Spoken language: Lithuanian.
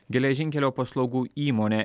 geležinkelio paslaugų įmonė